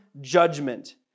judgment